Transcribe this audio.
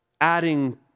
adding